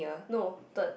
no third